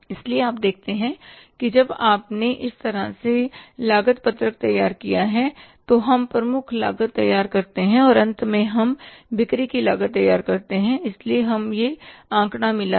इसलिए आप देखते हैं कि जब आपने इस तरह से लागत पत्रक तैयार किया है तो हम प्रमुख लागत तैयार करते हैं और अंत में हम बिक्री की लागत तैयार करते हैं इसलिए हमें यह आंकड़ा मिला है